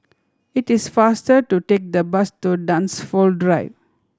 it is faster to take the bus to Dunsfold Drive